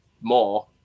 more